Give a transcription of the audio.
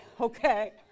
okay